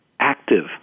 active